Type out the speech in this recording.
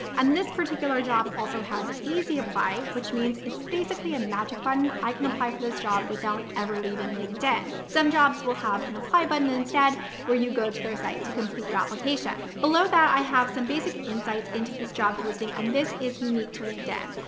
and this particular job also has easy apply, which means it's basically a magic button i can apply for this job without ever leaving linkedin. some jobs will have an apply button instead where you go to their site to complete your application below that. i have some basic insights into this job posting, and this is unique to linkedin.